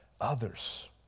others